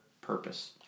purpose